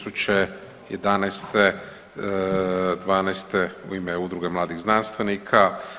2011., 2012. u ime Udruge mladih znanstvenika.